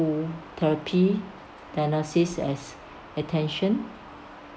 therapy diagnosis attention